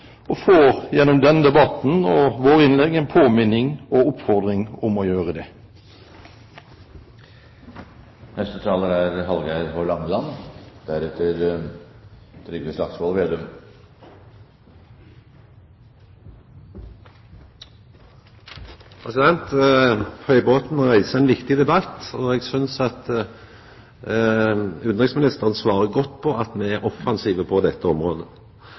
og får gjennom denne debatten og våre innlegg en påminning og oppfordring om å gjøre det. Høybråten reiser ein viktig debatt, og eg synest at utanriksministeren svarer godt, at me er offensive på dette området.